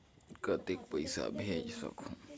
कतेक पइसा भेज सकहुं?